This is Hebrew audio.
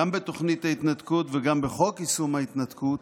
גם בתוכנית ההתנתקות וגם בחוק יישום ההתנתקות,